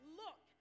look